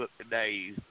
today